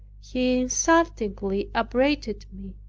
he insultingly upbraided me.